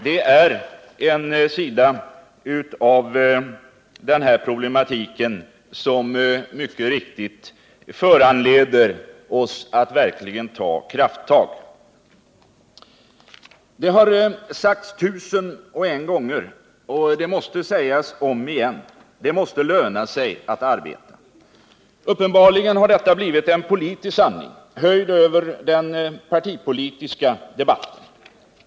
Det är en sida av denna problematik som mycket riktigt föranleder oss att verkligen ta krafttag. Det har sagts tusen och en gånger men det måste sägas om igen: Det måste löna sig att arbeta! Uppenbarligen har detta blivit en politisk sanning — höjd över den partipolitiska debatten.